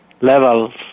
levels